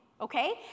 Okay